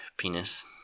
penis